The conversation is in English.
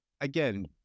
again